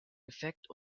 effekt